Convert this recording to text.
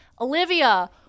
Olivia